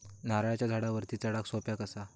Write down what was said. नारळाच्या झाडावरती चडाक सोप्या कसा?